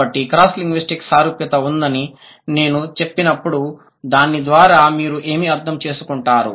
కాబట్టి cross linguistic సారూప్యత ఉందని నేను చెప్పినప్పుడు దాని ద్వారా మీరు ఏమి అర్థం చేసుకుంటారు